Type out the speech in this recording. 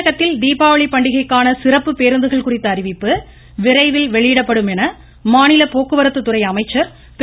தமிழகத்தில் தீபாவளி பண்டிகைக்கான சிறப்பு பேருந்துகள் குறித்த அறிவிப்பு விரைவில் வெளியிடப்படும் என மாநில போக்குவரத்துத்துறை அமைச்சர் திரு